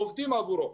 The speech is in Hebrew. עובדים עבורו.